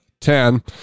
ten